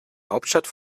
hauptstadt